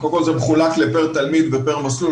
קודם כל זה מחולק לפר תלמיד ופר מסלול.